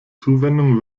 zuwendung